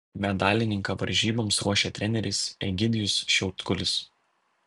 medalininką varžyboms ruošia treneris egidijus šiautkulis